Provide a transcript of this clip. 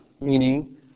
meaning